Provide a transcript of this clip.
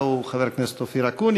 הלוא הוא חבר הכנסת אופיר אקוניס.